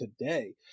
today